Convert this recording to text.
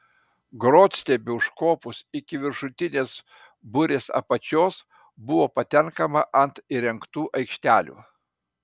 grotstiebiu užkopus iki viršutinės burės apačios buvo patenkama ant įrengtų aikštelių